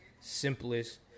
simplest